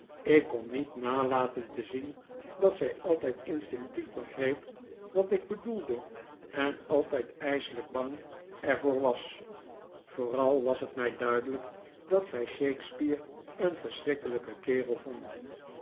ik kon niet nalaten te zien dat zij altijd instinctief begreep wat ik bedoelde en altijd ijselijk bang ervoor was vooral was het mij duidelijk dat zij shakespeare een verschrikkelijken kerel vond